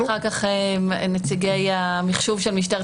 אני מציעה שאחר כך נציגי המחשוב של משטרת